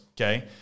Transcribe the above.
okay